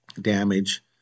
damage